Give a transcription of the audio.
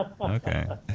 Okay